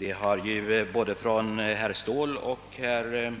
Herr talman! Både herr Ståhl och herr